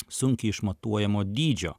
sunkiai išmatuojamo dydžio